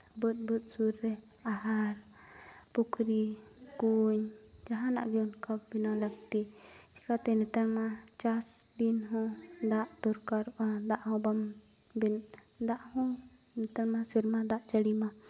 ᱵᱟᱹᱫᱽᱼᱵᱟᱹᱫᱽ ᱥᱩᱨ ᱨᱮ ᱟᱦᱟᱨ ᱯᱩᱠᱷᱨᱤ ᱠᱩᱧ ᱡᱟᱦᱟᱱᱟᱜ ᱜᱮ ᱚᱱᱠᱟ ᱵᱚᱞᱚ ᱞᱟᱹᱠᱛᱤ ᱪᱮᱠᱟᱛᱮ ᱱᱮᱛᱟᱨ ᱢᱟ ᱪᱟᱥ ᱫᱤᱱ ᱦᱚᱸ ᱫᱟᱜ ᱫᱚᱨᱠᱟᱨᱚᱜᱼᱟ ᱫᱟᱜ ᱦᱚᱸ ᱵᱟᱝ ᱦᱩᱭᱩᱜ ᱫᱟᱜ ᱦᱚᱸ ᱱᱮᱛᱟᱨ ᱢᱟ ᱥᱮᱨᱢᱟ ᱫᱟᱜ ᱡᱟᱹᱲᱤ ᱢᱟ